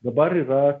dabar yra